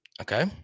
Okay